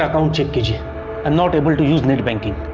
um and not able to use net banking.